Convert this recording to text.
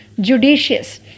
judicious